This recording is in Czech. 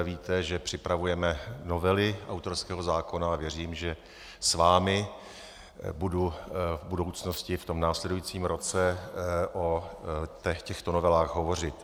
Víte, že připravujeme novely autorského zákona, a věřím, že s vámi budu v budoucnosti v tom následujícím roce o těchto novelách hovořit.